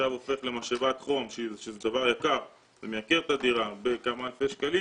הוא הופך למשאבת חום שזה דבר יקר ומייקר את הדירה בכמה אלפי שקלים